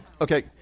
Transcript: Okay